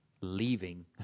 leaving